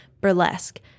Burlesque